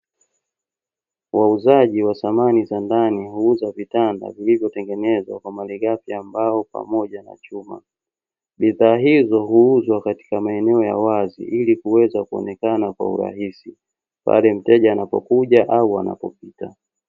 Wauzaji wa samani za ndani huuza vitanda vilivyotengenezwa kwa malighafi ya mbao pamoja na chuma. Bidhaa hizo huuzwa katika maeneo ya wazi ili kuweza kuonekana kwa urahisi, pale mteja anapokuja au anapopita.